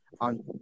on